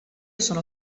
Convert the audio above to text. sono